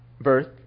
birth